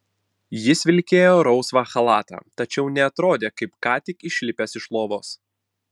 jis vilkėjo rausvą chalatą tačiau neatrodė kaip ką tik išlipęs iš lovos